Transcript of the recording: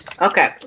Okay